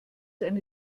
eine